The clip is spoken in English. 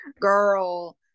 Girl